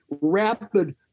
rapid